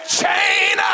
chain